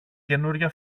καινούρια